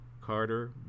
Carter